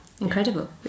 Incredible